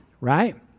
right